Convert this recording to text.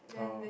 oh